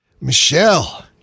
michelle